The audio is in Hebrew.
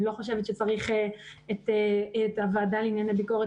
אני לא חושבת שצריך את הוועדה לביקורת